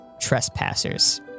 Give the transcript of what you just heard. trespassers